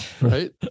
right